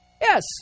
yes